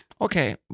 okay